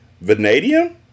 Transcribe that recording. Vanadium